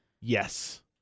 Yes